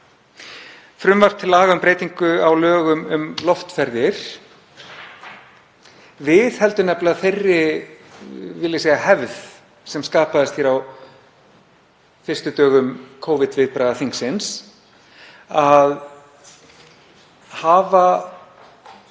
Frumvarp til laga um breytingu á lögum um loftferðir viðheldur nefnilega þeirri, vil ég segja, hefð sem skapaðist hér á fyrstu dögum Covid-viðbragða þingsins að hafa